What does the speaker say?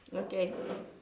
okay